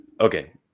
Okay